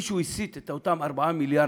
מישהו הסיט את אותם 4 מיליארד?